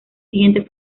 siguiente